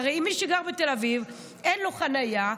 הרי מי שגר בתל אביב אין לו חניה,